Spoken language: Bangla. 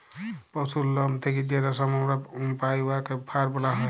পশুর লম থ্যাইকে যে রেশম আমরা পাই উয়াকে ফার ব্যলা হ্যয়